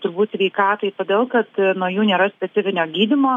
turbūt sveikatai todėl kad nuo jų nėra specifinio gydymo